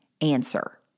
answer